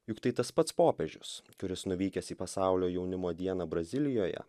juk tai tas pats popiežius kuris nuvykęs į pasaulio jaunimo dieną brazilijoje